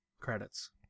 credits